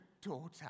daughter